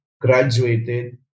graduated